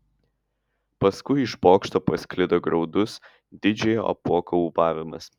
paskui iš bokšto pasklido graudus didžiojo apuoko ūbavimas